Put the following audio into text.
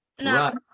No